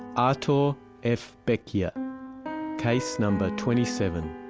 arthur f. becjer yeah case number twenty seven